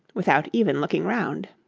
without even looking round.